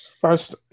First